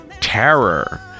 Terror